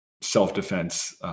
self-defense